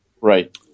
right